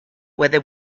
whether